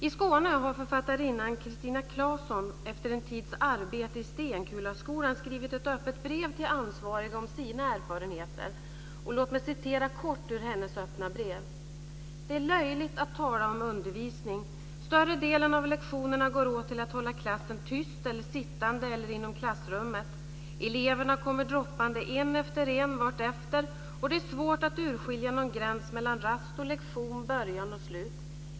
I Skåne har författarinnan Christina Classon efter en tids arbete i Stenkulaskolan skrivit ett öppet brev till ansvariga om sina erfarenheter: Det är löjligt att tala om undervisning. Större delen av lektionerna går åt till att hålla klassen tyst, sittande eller inom klassrummet. Eleverna kommer droppande en efter en vartefter, och det är svårt att urskilja någon gräns mellan rast och lektion, början och slut.